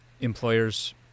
employers